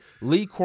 Lee